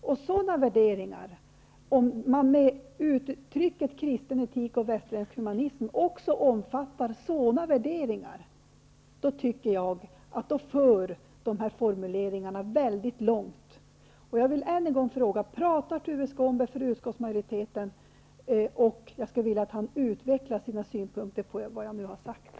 Om man med uttrycket ''kristen etik och västerländsk humanism'' även omfattar sådana värderingar, anser jag att dessa formuleringar för mycket långt. Jag vill än en gång fråga: Talar Tuve Skånberg för utskottsmajoriteten? Jag skulle vilja att han utvecklar sina synpunkter på vad jag nu har sagt.